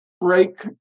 break